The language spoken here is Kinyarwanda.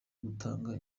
gutanga